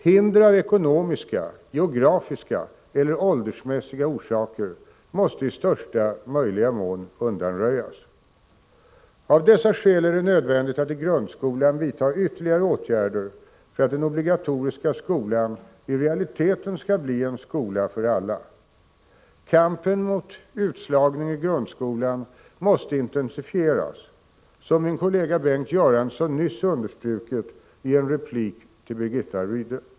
Hinder av ekonomiska, geografiska eller åldersmässiga orsaker måste i största möjliga mån undanröjas. Av dessa skäl är det nödvändigt att i grundskolan vidta ytterligare åtgärder för att den obligatoriska skolan i realiteten skall bli en skola för alla. Kampen mot utslagning i grundskolan måste intensifieras, som min kollega Bengt Göransson nyss understrukit i en replik till Birgitta Rydle.